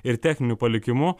ir techniniu palikimu